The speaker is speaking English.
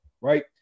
right